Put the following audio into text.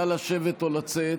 נא לשבת או לצאת.